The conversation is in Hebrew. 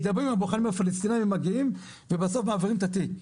מדברים עם הבוחן והפלסטינאים הם מגיעים ובסוף מעבירים את התיק.